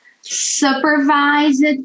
supervised